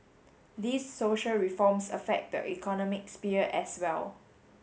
these social reforms affect the economic sphere as well